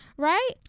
right